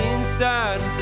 Inside